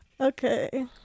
Okay